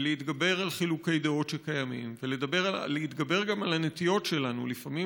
להתגבר על חילוקי דעות שקיימים ולהתגבר גם על הנטיות שלנו לפעמים